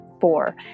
four